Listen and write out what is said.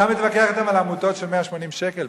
אתה מתווכח אתם על תרומות של 180 שקל?